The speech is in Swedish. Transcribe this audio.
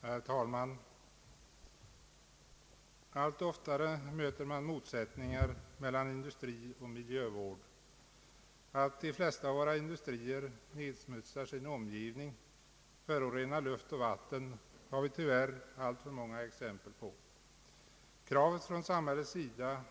Herr talman! Allt oftare möter man motsättningar mellan industri och miljövård. Att de flesta av våra industrier nedsmutsar sin omgivning, förorenar luft och vatten har vi tyvärr alltför många exempel på. Kraven från samhällets sida